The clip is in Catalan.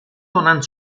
donant